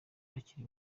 bakiri